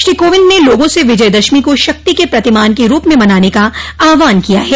श्री कोविंद ने लोगों से विजय दशमी को शक्ति के प्रतिमान के रूप में मनाने का आह्वान किया है